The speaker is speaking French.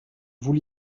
vous